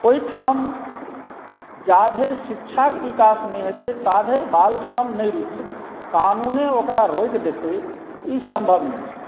ओहिठाम जा धरि शिक्षाकेँ विकास नहि हेतै ता धरि बाल श्रम नहि रुकि सकै छी कानूने ओकरा रोकि देतै ई सम्भव नहि छै